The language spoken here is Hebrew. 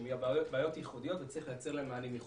שהן בעיות ייחודיות וצריך לייצר להם מענים ייחודיים.